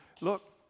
look